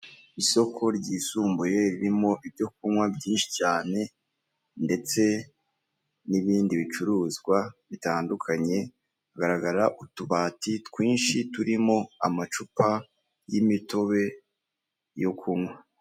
Isoko ryisumbuye ririmo ibyo kunywa byinshi cyane ndetse n'ibindi bicuruzwa bitandukanye haragaragara utubati twinshi turimo amacupa y'imitobe yo kunywa .